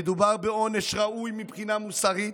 מדובר בעונש ראוי מבחינה מוסרית,